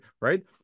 right